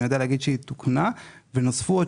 אני יודע להגיד שהיא תוקנה כך שנוספו עוד